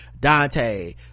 dante